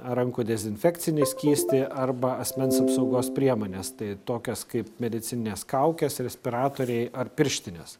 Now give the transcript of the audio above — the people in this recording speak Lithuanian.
rankų dezinfekcinį skystį arba asmens apsaugos priemones tokias kaip medicininės kaukės respiratoriai ar pirštinės